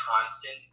constant